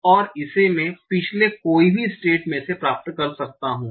और इसे मैं पिछले कोई भी स्टेट्स में से प्राप्त कर सकता हूँ